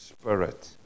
Spirit